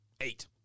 Eight